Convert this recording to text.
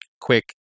quick